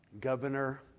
governor